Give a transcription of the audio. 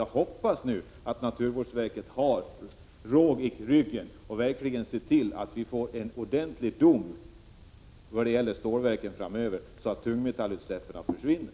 Jag hoppas att naturvårdsverket har råg i ryggen och verkligen ser till att vi framöver får en ordentlig dom när det gäller stålverken, så att utsläppen av tungmetaller försvinner.